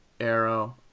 Arrow